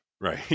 right